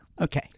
Okay